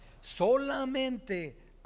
solamente